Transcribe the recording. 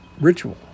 Ritual